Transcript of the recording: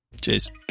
Cheers